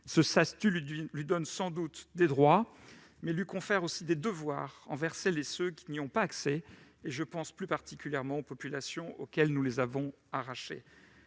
ce statut lui donne sans doute des droits, mais lui confère aussi des devoirs envers celles et ceux qui n'y ont pas accès, en particulier les populations auxquelles nous les avons arrachées.